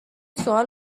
سوال